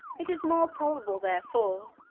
it is more probable, therefore,